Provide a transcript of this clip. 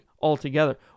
altogether